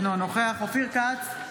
אינו נוכח אופיר כץ,